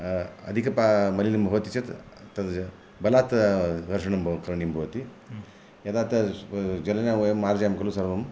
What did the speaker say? अधिकपा मलिनं भवति चेत् तत् बलात् घर्षणं वा करणीयं भवति यदा तत् जलेन वयं मार्जयामः खलु सर्वं